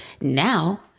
Now